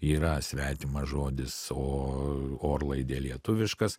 yra svetimas žodis o orlaidė lietuviškas